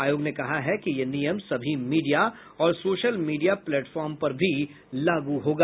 आयोग ने कहा है कि यह नियम सभी मीडिया और सोशल मीडिया प्लेटफार्म पर भी लागू होगा